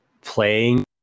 playing